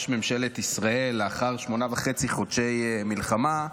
ממשלת ישראל לאחר שמונה וחצי חודשי מלחמה.